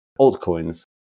altcoins